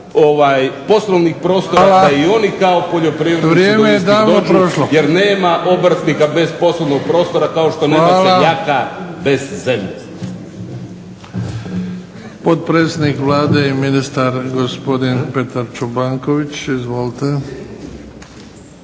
(HDZ)** Hvala. Potpredsjednik Vlade i ministar gospodin Petar Čobanković. Izvolite.